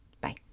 bye